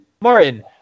Martin